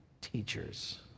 teachers